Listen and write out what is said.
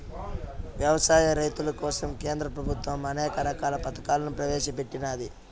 వ్యవసాయ రైతుల కోసం కేంద్ర ప్రభుత్వం అనేక రకాల పథకాలను ప్రవేశపెట్టినాది